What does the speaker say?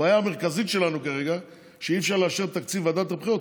הבעיה המרכזית שלנו כרגע היא שאי-אפשר לאשר את תקציב ועדת הבחירות,